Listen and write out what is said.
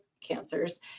cancers